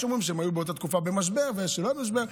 יש אומרים שהם היו באותה התקופה במשבר ויש אומרים שלא היו במשבר.